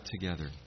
together